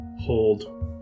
hold